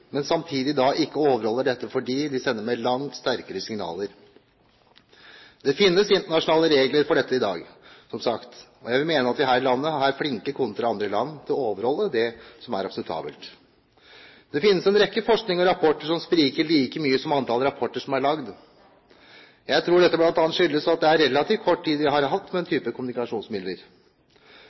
men som samtidig ikke overholder dette, fordi de sender med langt sterkere signaler. Det finnes internasjonale regler for dette i dag, som sagt, og jeg vil mene at vi her i landet er flinke kontra andre land til å overholde det som er akseptabelt. Det finnes en mengde forskning og rapporter som spriker like mye som antall rapporter som er laget. Jeg tror dette bl.a. skyldes at det er relativt kort tid vi har hatt med denne typen kommunikasjonsmidler.